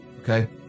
Okay